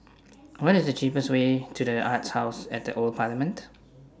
What IS The cheapest Way to The Arts House At The Old Parliament